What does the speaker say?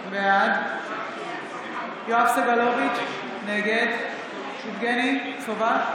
בעד יואב סגלוביץ' נגד יבגני סובה,